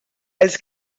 els